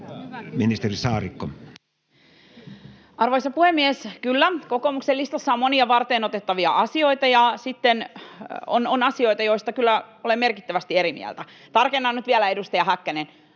Content: Arvoisa puhemies! Kyllä, kokoomuksen listassa on monia varteenotettavia asioita, ja sitten on asioita, joista kyllä olen merkittävästi eri mieltä. Tarkennan nyt vielä, edustaja Häkkänen: